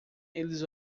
eles